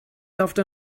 after